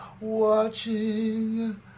watching